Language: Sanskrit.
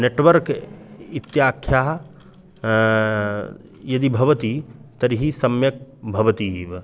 नेट्वर्क् इत्याख्या यदि भवति तर्हि सम्यक् भवति एव